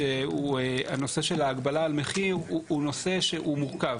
שהוא ההגבלה על מחיר, הוא נושא מורכב.